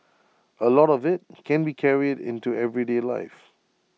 A lot of IT can be carried into everyday life